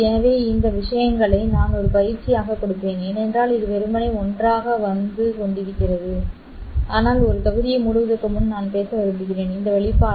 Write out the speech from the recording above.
எனவே இந்த விஷயங்களை நான் ஒரு பயிற்சியாகக் கொடுப்பேன் ஏனென்றால் இது வெறுமனே ஒன்றாக வந்து கொண்டிருக்கிறது ஆனால் ஒரு தொகுதியை மூடுவதற்கு முன்பு நான் பேச விரும்புகிறேன் இந்த வெளிப்பாடு